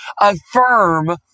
affirm